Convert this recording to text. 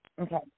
okay